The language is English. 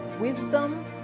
wisdom